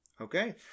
Okay